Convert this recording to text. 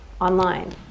online